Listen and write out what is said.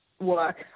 work